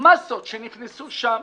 המסות שנכנסו שם,